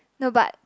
no but